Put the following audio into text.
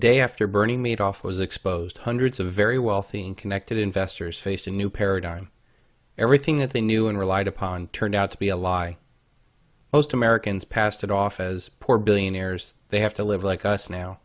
day after burning meat off was exposed hundreds of very wealthy and connected investors face a new paradigm everything that they knew and relied upon turned out to be a lie most americans passed it off as poor billionaires they have to live like us now